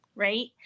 Right